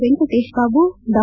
ವೆಂಕಟೇಶ್ ಬಾಬು ಡಾ